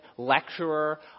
lecturer